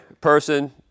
person